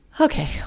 Okay